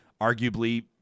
arguably